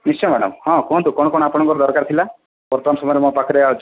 ନିଶ୍ଚୟ ମ୍ୟାଡ଼ାମ ହଁ କୁହନ୍ତୁ କ'ଣ କ'ଣ ଆପଣଙ୍କର ଦରକାର ଥିଲା ବର୍ତ୍ତମାନ ସମୟରେ ମୋ ପାଖରେ ଅଛି